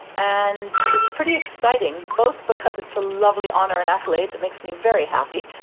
and it's pretty exciting, both because it's a lovely honour and accolade that makes me very happy,